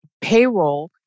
payroll